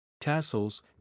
Tassels